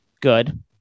good